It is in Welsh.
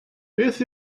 beth